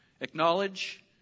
acknowledge